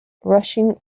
rushing